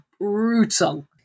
brutal